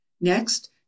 Next